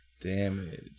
damage